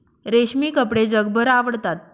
रेशमी कपडे जगभर आवडतात